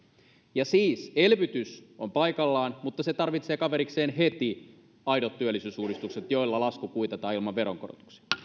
ja siis elvytys on paikallaan mutta se tarvitsee kaverikseen heti aidot työllisyysuudistukset joilla lasku kuitataan ilman veronkorotuksia